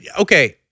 okay